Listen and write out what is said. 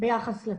ביחס לציבור.